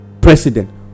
president